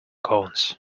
cones